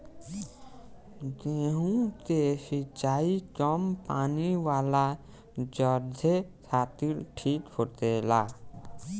गेंहु के सिंचाई कम पानी वाला जघे खातिर ठीक होखेला